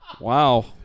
Wow